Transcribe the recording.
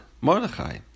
Mordechai